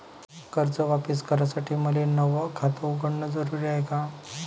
कर्ज वापिस करासाठी मले नव खात उघडन जरुरी हाय का?